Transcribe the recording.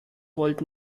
volt